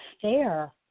fair